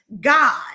God